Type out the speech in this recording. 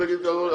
בקשתכם נרשמה.